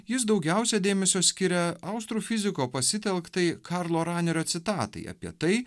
jis daugiausiai dėmesio skiria austrų fiziko pasitelktai karlo ranerio citatai apie tai